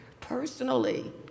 personally